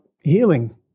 healing